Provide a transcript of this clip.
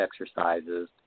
exercises